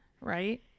right